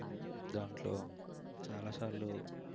దాంట్లో చాలా సార్లు